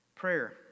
prayer